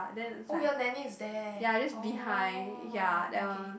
oh your nanny is there oh okay